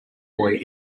boy